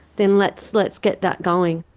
then let's let's get that going.